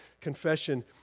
confession